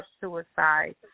suicide